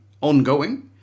ongoing